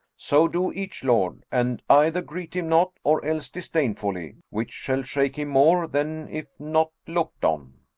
so do each lord and either greet him not, or else disdainfully, which shall shake him more than if not look'd on.